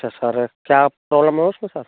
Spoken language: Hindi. अच्छा सर क्या प्रॉब्लम है उसमें सर